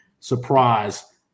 surprise